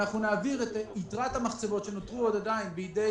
אנחנו נעביר את יתרת המחצבות שנותרו עדיין בידי